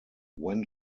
when